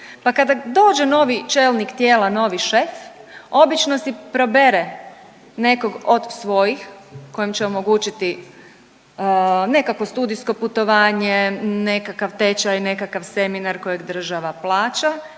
pa kada dođe novi čelnik tijela, novi šef, obično si probere nekog od svojih kojem će omogućiti nekakvo studijsko putovanje, nekakav tečaj, nekakav seminar kojeg država plaća,